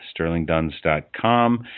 sterlingduns.com